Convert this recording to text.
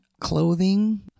Clothing